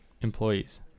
employees